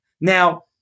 Now